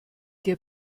der